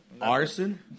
arson